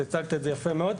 את הצגת את זה יפה מאוד.